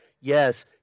yes